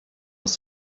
was